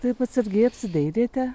taip atsargiai apsidairėte